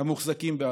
המוחזקים בעזה.